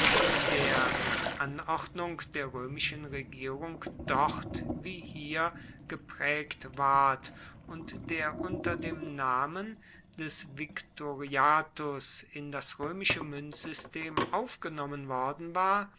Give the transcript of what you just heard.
der nach anordnung der römischen regierung dort wie hier geprägt ward und der unter dem namen des victoriatus in das römische münzsystem aufgenommen worden war